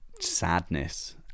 sadness